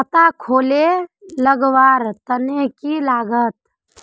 खाता खोले लगवार तने की लागत?